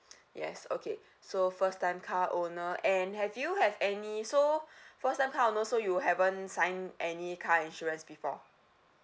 yes okay so first time car owner and have you have any so first time car owner so you haven't signed any car insurance before